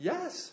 Yes